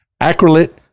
acrylate